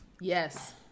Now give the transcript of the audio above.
Yes